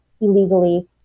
illegally